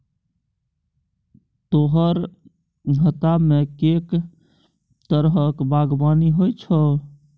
तोहर हातामे कैक तरहक बागवानी होए छौ